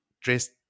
dressed